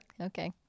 Okay